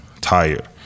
tired